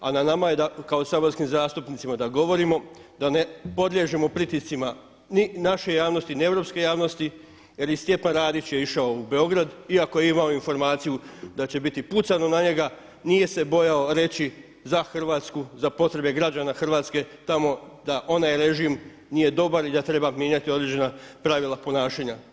A na nama je kao saborskim zastupnicima da govorimo, da ne podliježemo pritiscima ni naše javnosti ni europske javnosti jer i Stjepan Radić je išao u Beograd iako je imao informaciju da će biti pucano na njega, nije se bojao reći za Hrvatsku, za potrebe građana Hrvatske tamo da onaj režim nije dobar i da treba mijenjati određena pravila ponašanja.